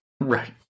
right